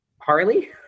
Harley